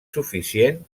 suficient